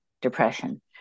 depression